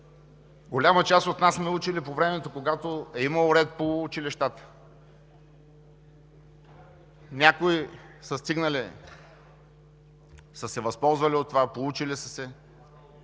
Голяма част от нас сме учили по времето, когато е имало ред по училищата. Някои са се възползвали от това, поучили са се,